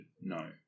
no